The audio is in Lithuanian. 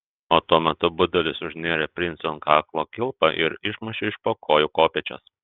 o tuo metu budelis užnėrė princui ant kaklo kilpą ir išmušė iš po kojų kopėčias